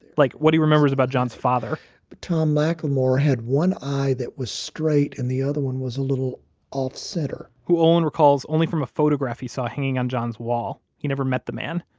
like what he remembers about john's father but tom like mclemore had one eye that was straight, and the other one was a little off-center who olin recalls only from a photograph he saw hanging on john's wall. he never met the man.